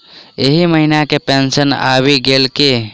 एहि महीना केँ पेंशन आबि गेल की